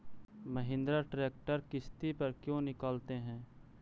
Mahindra tractor किसति पर क्यों निकालते हैं?